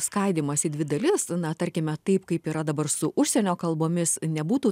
skaidymas į dvi dalis na tarkime taip kaip yra dabar su užsienio kalbomis nebūtų